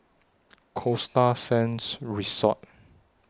Costa Sands Resort